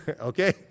okay